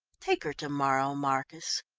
take her to-morrow, marcus.